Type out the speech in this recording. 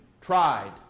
tried